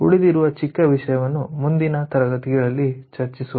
ಉಳಿದಿರುವ ಚಿಕ್ಕ ವಿಷಯವನ್ನು ಮುಂದಿನ ತರಗತಿಗಳಲ್ಲಿ ಚರ್ಚಿಸೋಣ